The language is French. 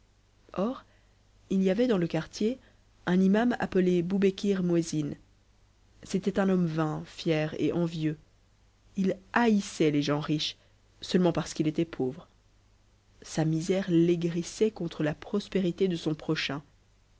or il y avait dans le quartier un iman appelé boubekir muezin c'était un homme vain fier et envieux ï haïssait les gens riches seulement parce qu'il était pauvre sa misère l'aigrissait contre la prospérité de son procirain